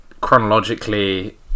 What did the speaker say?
chronologically